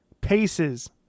paces